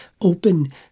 open